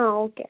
ആ ഓക്കെ